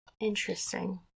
Interesting